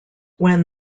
when